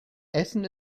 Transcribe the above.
essen